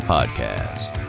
Podcast